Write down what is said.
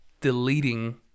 deleting